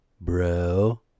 bro